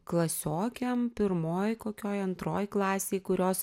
klasiokėm pirmoj kokioj antroj klasėj kurios